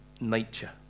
nature